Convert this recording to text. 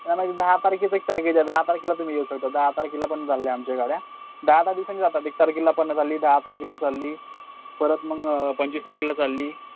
हा ना दहा तारखेचं एक पॅकेज आहे दहा तारखेला तुमी येऊ शकता दहा तारखेला पण चालले आमच्या गाड्या दहा दहा दिवसांनी जातात एक तारखेला पण चालली दहा तारखेला चालली परत मग पंचवीस तारखेला चालली